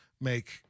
make